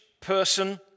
person